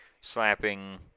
slapping